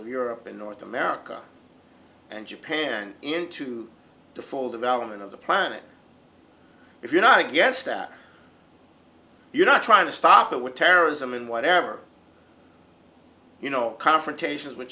of europe and north america and japan into the full development of the planet if you know i guess that you're not trying to stop it with terrorism in whatever you know confrontations with